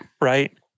right